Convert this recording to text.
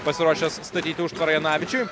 pasiruošęs statyti užtvarą janavičiui